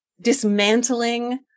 dismantling